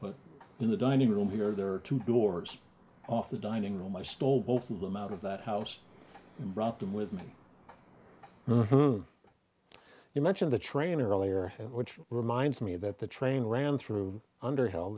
but in the dining room here there are two doors off the dining room i stole both of them out of that house and brought them with me you mentioned the train earlier which reminds me that the train ran through under hell